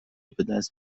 بدست